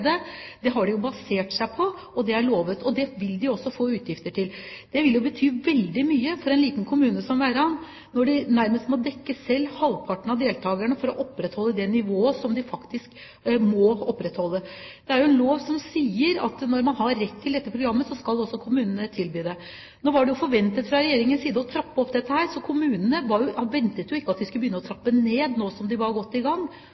har de jo basert seg på. Det er lovet, og det vil de også få midler til. Det vil bety veldig mye for en liten kommune som Verran når de selv må dekke nærmest halvparten av deltakerne for å opprettholde det nivået som de faktisk må opprettholde. Det er jo en lov som sier at når man har rett til dette programmet, skal også kommunene tilby det. Nå var det forventet at man fra Regjeringens side ville trappe opp dette, så kommunene ventet ikke at de skulle begynne å trappe ned nå som de var godt i gang.